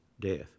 death